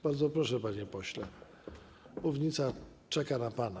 Bardzo proszę, panie pośle, mównica czeka na pana.